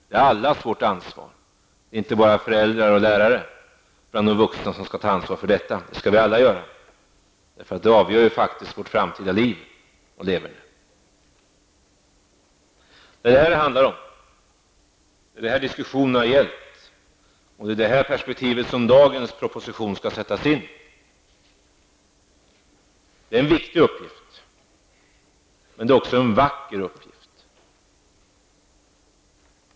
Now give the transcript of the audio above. Den är allas vårt ansvar, inte bara föräldrars och lärares. Vi skall alla ta ansvar för skolan. Det avgör faktiskt vårt framtida liv och leverne. Det är det här som det handlar om, och det är det här som diskussionen har gällt. I detta perspektiv skall dagens proposition sättas in. Det är en viktig uppgift, men det är också en vacker uppgift.